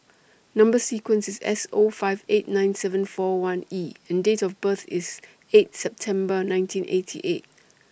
Number sequence IS S O five eight nine seven four one E and Date of birth IS eight September nineteen eighty eight